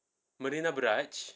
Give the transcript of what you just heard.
marina barrage